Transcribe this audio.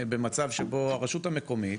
במצב שבו הרשות המקומית,